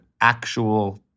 actual